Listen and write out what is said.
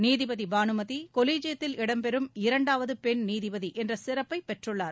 நீதிபதி பானுமதி கொலிஜியத்தில் இடம் பெறும் இரண்டாவது பெண் நீதிபதி என்ற சிறப்பை பெற்றுள்ளார்